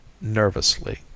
nervously